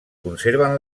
conserven